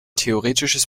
theoretisches